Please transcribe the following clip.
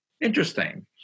Interesting